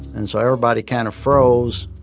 and so everybody kind of froze.